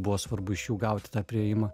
buvo svarbu iš jų gauti tą priėjimą